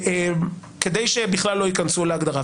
כדי שבכלל לא יכנסו להגדרה.